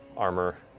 armor,